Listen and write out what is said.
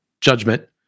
judgment